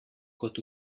kot